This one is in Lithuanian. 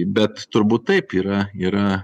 bet turbūt taip yra yra